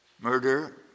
murder